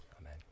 Amen